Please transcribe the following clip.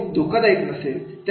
हे खूप धोकादायक नसेल